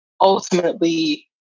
ultimately